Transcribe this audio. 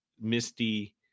misty